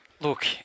Look